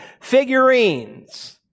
figurines